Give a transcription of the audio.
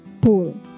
pool